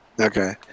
Okay